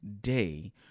day